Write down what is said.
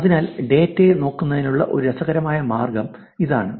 അതിനാൽ ഡാറ്റയെ നോക്കുന്നതിനുള്ള ഒരു രസകരമായ മാർഗ്ഗം ഇതാണ്